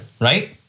right